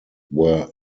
were